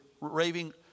raving